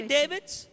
David's